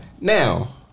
Now